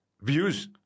Views